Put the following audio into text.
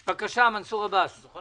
מנסור עבאס, בבקשה.